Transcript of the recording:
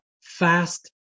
fast